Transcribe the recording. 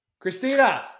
Christina